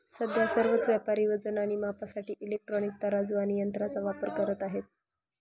सध्या सर्वच व्यापारी वजन आणि मापासाठी इलेक्ट्रॉनिक तराजू आणि यंत्रांचा वापर करत आहेत